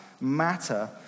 matter